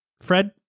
Fred